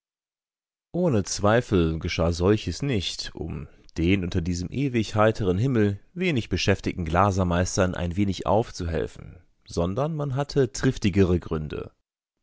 ohne zweifel geschah solches nicht um den unter diesem ewig heiteren himmel wenig beschäftigten glasermeistern ein wenig aufzuhelfen sondern man hatte triftigere gründe